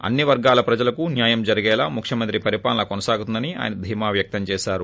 అన్ని వర్గాల ప్రజలకు న్యాయం జరిగేలా ముఖ్యమంత్రి పరిపాలన కొనసాగుతుందని ఆయన ధీమా వ్యక్తం చేశారు